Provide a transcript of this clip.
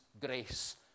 grace